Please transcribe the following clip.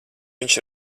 viņš